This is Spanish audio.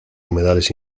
humedales